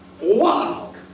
Wow